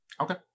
Okay